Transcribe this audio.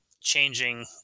changing